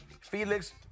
Felix